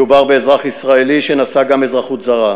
מדובר באזרח ישראלי שנשא גם אזרחות זרה,